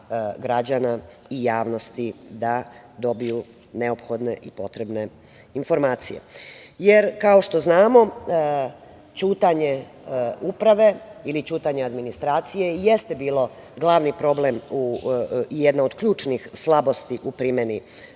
građana i javnosti da dobiju neophodne i potrebne informacije. Kao što znamo, ćutanje uprave, ili ćutanje administracije jeste bilo glavni problem i jedna od ključnih slabosti u primeni